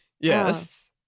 Yes